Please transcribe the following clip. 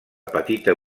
petita